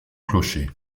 clocher